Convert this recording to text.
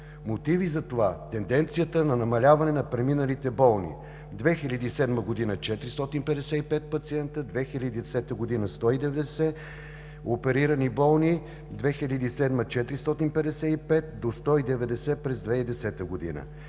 Мотиви за това – тенденцията на намаляване на преминалите болни: 2007 г. – 455 пациенти, 2010 г. – 190 оперирани болни, 2007 – 455, до 190 през 2010 г.